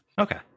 Okay